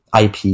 IP